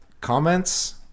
comments